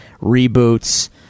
reboots